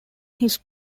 his